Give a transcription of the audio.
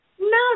No